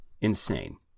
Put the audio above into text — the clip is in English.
Insane